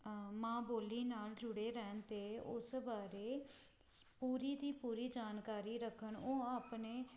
ਮਾਂ ਬੋਲੀ ਨਾਲ ਜੁੜੇ ਰਹਿਣ ਅਤੇ ਉਸ ਬਾਰੇ ਪੂਰੀ ਦੀ ਪੂਰੀ ਜਾਣਕਾਰੀ ਰੱਖਣ ਉਹ ਆਪਣੇ